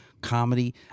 comedy